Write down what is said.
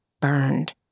burned